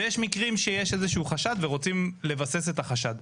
ויש מקרים שיש איזה שהוא חשד ורוצים לבסס את החשד,